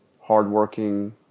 hardworking